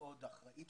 כמאוד אחראית,